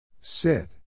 Sit